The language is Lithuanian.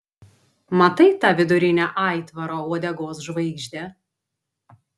matai tą vidurinę aitvaro uodegos žvaigždę